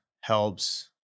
helps